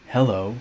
Hello